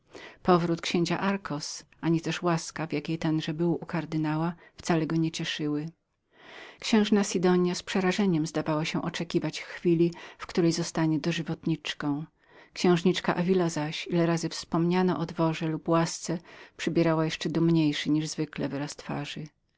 powrót księcia darcos ani też łaska w jakiej tenże był u kardynała wcale go nie cieszyły księżna sidonia z przerażeniem zdawała się oczekiwać chwili w której zostanie dożywotniczką księżniczka davila zaś ile razy wspomniano o dworze lub łasce przybierała jeszcze dumniejszą niż zwykle